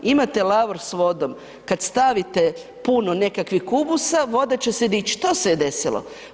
Imate lavor s vodom, kad stavite puno nekakvih kubusa, voda će se dići, to se je desilo.